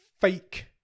fake